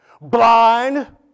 blind